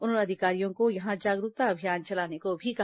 उन्होंने अधिकारियों को यहां जागरूकता अभियान चलाने को भी कहा